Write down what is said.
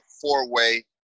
four-way